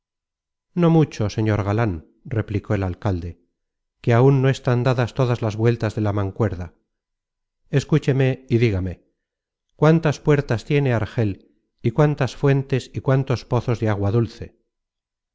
no mucho señor galan replicó el alcalde que áun no están dadas todas las vueltas de la mancuerda escúcheme y dígame cuántas puertas tiene argel y cuántas fuentes y cuántos pozos de agua dulce